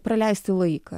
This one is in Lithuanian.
praleisti laiką